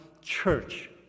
church